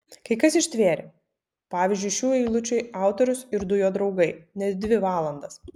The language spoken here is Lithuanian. kai kas ištvėrė pavyzdžiui šių eilučių autorius ir du jo draugai net dvi valandas